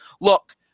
Look